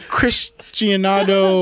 Christianado